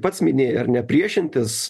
pats minėjai ar ne priešintis